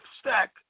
stack